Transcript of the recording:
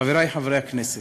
חברי חברי הכנסת,